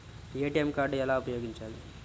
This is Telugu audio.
ఏ.టీ.ఎం కార్డు ఎలా ఉపయోగించాలి?